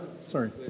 Sorry